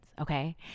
okay